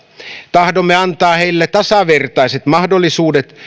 tahdomme antaa heille tasavertaiset mahdollisuudet